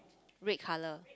red colour